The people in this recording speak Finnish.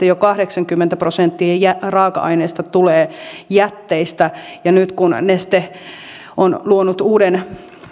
jo kahdeksankymmentä prosenttia uusiutuvien polttoaineiden raaka aineista tulee jätteistä ja nyt kun neste on luonut uuden